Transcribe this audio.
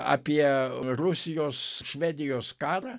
apie rusijos švedijos karą